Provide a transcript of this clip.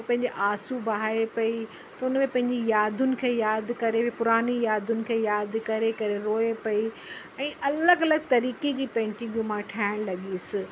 उहा पंहिंजा आंसू बहाए पई त हुन में पंहिंजी यादुनि खे यादि करे पई पुरानी यादुनि खे याद करे करे रोए पई ऐं अलॻि अलॻि तरीके जी पेंटिंगूं मां ठाहिणु लॻसि